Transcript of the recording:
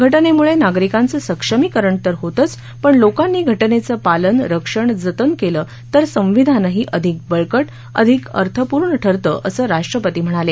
घटनेमुळं नागरीकांचं सक्षमीकरण होतंचं पण लोकांनी घटनेचं पालन रक्षण जतन केलं तर संविधानही अधिक बळकट अधिक अर्थपूर्ण ठरतं असं राष्ट्रपती म्हणाले